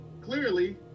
clearly